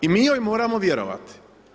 I mi joj moramo vjerovati.